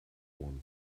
one